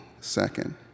second